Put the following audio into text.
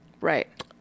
Right